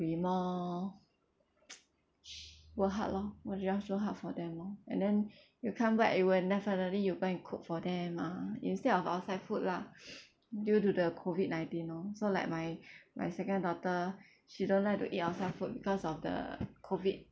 be more work hard lor work hard for them orh and then you come back you will definitely you go and cook for them ah instead of outside food lah due to the COVID nineteen orh so like my my second daughter she don't like to eat outside food because of the COVID